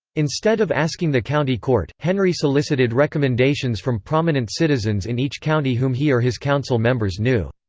instead of asking the county court, henry solicited recommendations from prominent citizens in each county whom he or his council members knew.